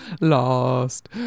Lost